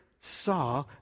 saw